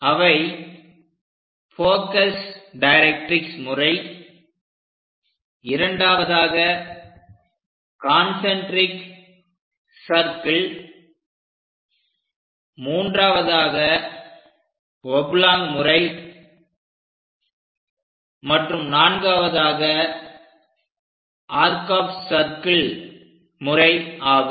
அவை focus directrix முறை இரண்டாவதாக கான்செண்ட்ரிக் சர்க்கில் மூன்றாவதாக ஒப்லாங் முறை மற்றும் நான்காவதாக ஆர்க் ஆப் சர்க்கில் முறை ஆகும்